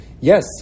Yes